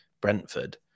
Brentford